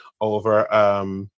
over